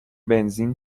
بنزین